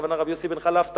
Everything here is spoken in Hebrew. הכוונה רבי יוסי בן חלפתא,